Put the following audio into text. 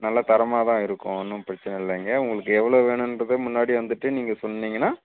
நல்ல தரமாக தான் இருக்கும் ஒன்றும் பிரச்சனை இல்லைங்க உங்களுக்கு எவ்வளோ வேணுன்றத முன்னாடியே வந்துட்டு நீங்கள் சொன்னீங்கன்னால்